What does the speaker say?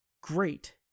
great